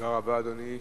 תודה רבה, אדוני.